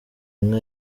inka